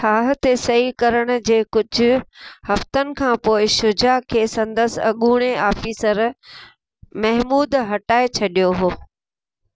ठाह ते सई करण जे कुझु हफ़्तनि खां पोइ शुजा खे संदसि अॻूणे आफ़ीसर महमूद हटाइ छॾियो हो